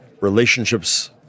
Relationships